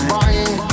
Buying